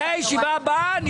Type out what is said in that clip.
מתי הישיבה הבאה?